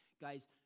Guys